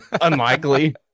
Unlikely